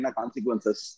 consequences